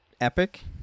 epic